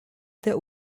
der